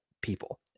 people